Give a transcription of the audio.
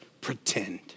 pretend